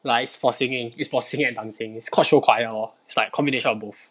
like it's for singing is for singing and dancing is called show choir lor it's like combination of both